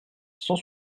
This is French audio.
cent